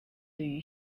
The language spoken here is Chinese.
对于